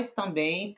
também